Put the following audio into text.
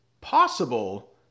possible